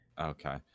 okay